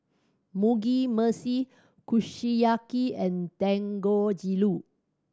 Mugi Meshi Kushiyaki and Dangojiru